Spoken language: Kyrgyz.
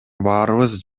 баарыбыз